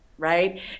right